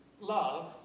love